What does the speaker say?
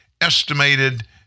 estimated